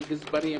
על גזברים,